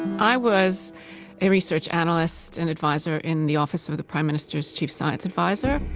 i was a research analyst and advisor in the office of the prime minister's chief science advisor.